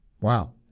Wow